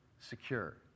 secure